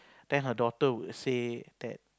then her daughter would say that